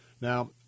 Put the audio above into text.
Now